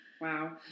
Wow